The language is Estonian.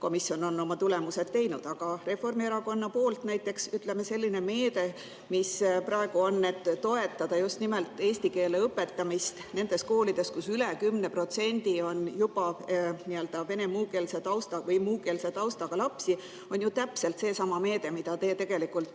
komisjon on oma otsused teinud. Aga Reformierakonna poolt näiteks, ütleme, selline meede, mis praegu on, et toetada just nimelt eesti keele õpetamist nendes koolides, kus üle 10% on juba vene- või muukeelse taustaga lapsi, on ju täpselt seesama meede, mida te silmas